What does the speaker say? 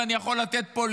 ואני יכול לתת פה,